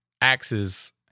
axes